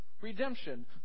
redemption